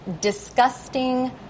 disgusting